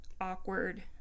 awkward